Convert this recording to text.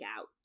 out